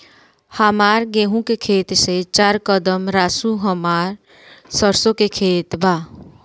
हमार गेहू के खेत से चार कदम रासु हमार सरसों के खेत बा